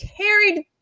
carried